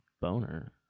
Boner